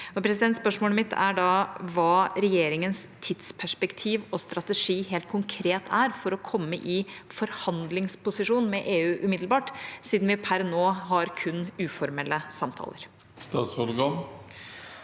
Spørsmålet mitt er da: Hva er regjeringas tidsperspektiv og strategi helt konkret for å komme i forhandlingsposisjon med EU umiddelbart, siden vi per nå har kun uformelle samtaler? Statsråd